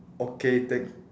okay thank y~